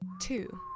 Two